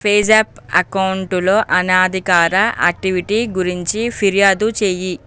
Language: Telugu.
పేజాప్ అకౌంటులో అనాధికార యాక్టివిటీ గురించి ఫిర్యాదు చేయి